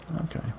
Okay